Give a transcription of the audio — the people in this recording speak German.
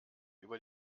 über